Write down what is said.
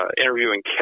interviewing